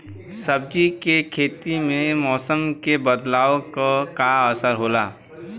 सब्जी के खेती में मौसम के बदलाव क का असर होला?